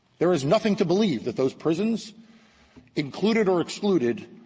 there is nothing to believe that those prisons included or excluded,